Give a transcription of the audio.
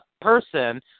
person